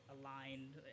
aligned